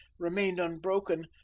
remained unbroken,